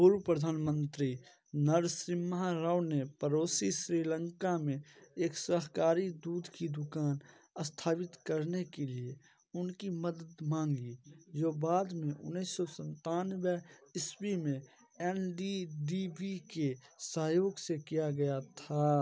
पूर्व प्रधानमंत्री नरसिम्हा राव ने पड़ोसी श्रीलंका में एक सहकारी दूध की दुकान स्थापित करने के लिए उनकी मदद माँगी जो बाद में उन्नीस सौ सत्तानबे ईस्वी में एन डी डी बी के सहयोग से किया गया था